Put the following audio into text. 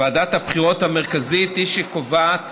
ועדת הבחירות המרכזית היא שקובעת